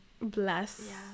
Bless